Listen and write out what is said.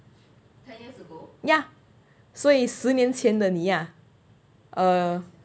ya so is 十年前的你 ah uh